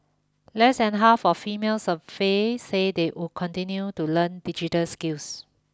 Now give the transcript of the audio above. less than half of females surveyed say they would continue to learn digital skills